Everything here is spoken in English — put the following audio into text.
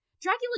Dracula